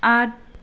आठ